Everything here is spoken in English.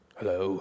Hello